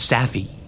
Safi